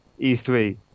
E3